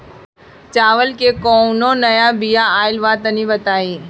चावल के कउनो नया बिया आइल बा तनि बताइ?